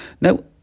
Now